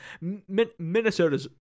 Minnesota's